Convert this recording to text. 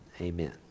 Amen